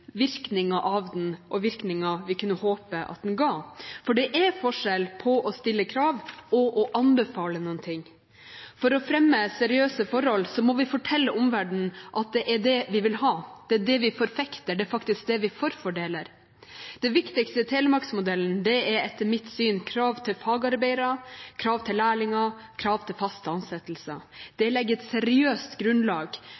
av den og virkninger vi kunne håpe at den ga. For det er forskjell på å stille krav og å anbefale noe. For å fremme seriøse forhold må vi fortelle omverdenen at det er det vi vil ha, det er det vi forfekter, det er faktisk det vi forfordeler. Det viktigste i Telemarks-modellen er etter mitt syn krav til fagarbeidere, krav til lærlinger og krav til